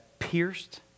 pierced